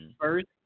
first